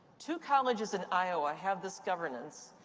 two colleges in iowa have this governance